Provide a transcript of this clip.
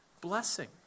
blessing